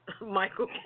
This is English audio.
Michael